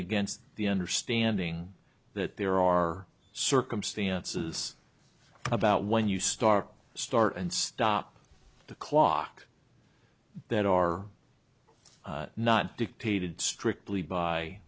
against the understanding that there are circumstances about when you start start and stop the clock that are not dictated strictly by